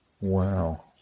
Wow